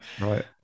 Right